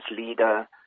leader